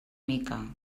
mica